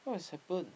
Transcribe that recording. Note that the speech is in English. what has happened